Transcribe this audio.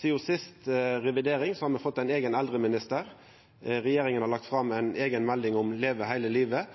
Sidan førre revidering har me fått ein eigen eldreminister, regjeringa har lagt fram ei eiga melding – Leve hele livet